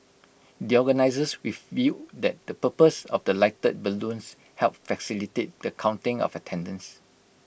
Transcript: the organisers revealed that the purpose of the lighted balloons helped facilitate the counting of attendance